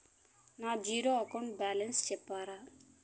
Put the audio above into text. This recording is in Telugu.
నా జీరో అకౌంట్ బ్యాలెన్స్ సెప్తారా?